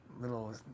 little